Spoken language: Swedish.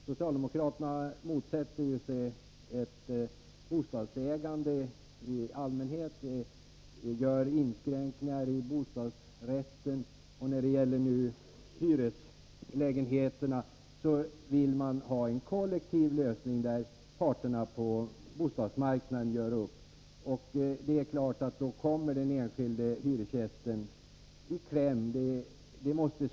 Socialdemokraterna motsätter sig ett bostadsägande i allmänhet och gör inskränkningar i bostadsrätten, och när det nu gäller hyreslägenheterna vill man ha en kollektiv lösning, där parterna på bostadsmarknaden gör upp. Det är klart att den enskilde hyresgästen då kommer i kläm.